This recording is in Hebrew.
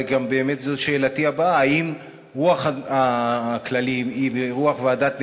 ובאמת זו גם שאלתי הבאה: האם רוח הכללים היא רוח ועדת נאמן,